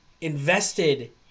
invested